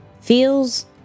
feels